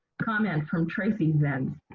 comment from tracy zenz.